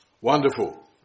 wonderful